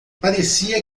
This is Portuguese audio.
parecia